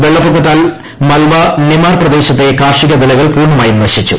വെള്ളപ്പൊക്കത്താൽ മൽവ നിമാർ പ്രദേശത്തെ കാർഷിക വിളകൾ പൂർണ്ണമായും നശിച്ചു